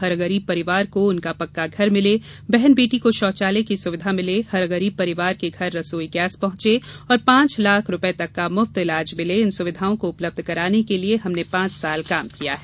हर गरीब परिवार को उनका पक्का घर मिले बहन बेटी को शौचालय की सुविधा मिले हर गरीब परिवार के घर रसोई गैस पहुंचे और पांच लाख रुपये तक का मुफ्त इलाज मिले इन सुविधाओं को उपलब्ध कराने के लिए हमने पांच साल काम किया है